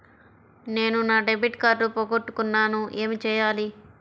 నేను నా debit card పోగొట్టుకున్నాను ఏమి చేయాలి?